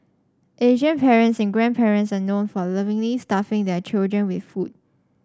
Asian parents and grandparents are known for lovingly stuffing their children with food